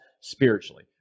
spiritually